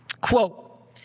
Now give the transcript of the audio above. quote